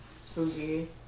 spooky